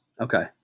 Okay